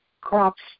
crops